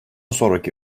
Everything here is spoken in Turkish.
sonraki